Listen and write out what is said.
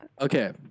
okay